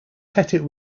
pettit